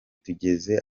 tugeze